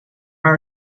are